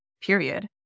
period